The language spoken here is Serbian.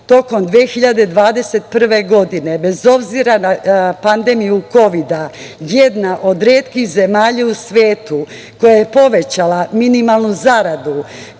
tokom 2021. godine, bez obzira na pandemiju Kovida jedna od retkih zemalja u svetu koja je povećala minimalnu zaradu,